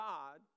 God